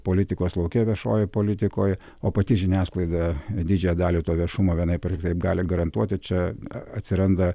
politikos lauke viešojoje politikoj o pati žiniasklaida didžiąją dalį to viešumo vienaip ar kitaip gali garantuoti čia atsiranda